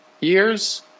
years